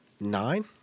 nine